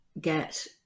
get